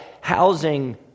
housing